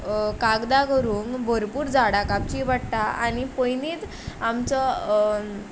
कागदां करूंक भरपूर झाडां कापची वाडटा आनी पयलींच आमचो